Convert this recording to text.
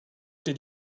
did